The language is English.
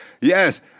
Yes